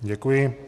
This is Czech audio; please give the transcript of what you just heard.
Děkuji.